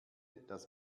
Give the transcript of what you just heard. das